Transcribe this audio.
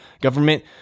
government